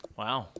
wow